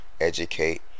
educate